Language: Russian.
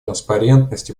транспарентность